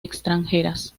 extranjeras